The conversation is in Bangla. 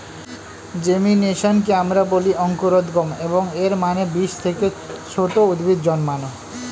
জেমিনেশনকে আমরা বলি অঙ্কুরোদ্গম, এবং এর মানে বীজ থেকে ছোট উদ্ভিদ জন্মানো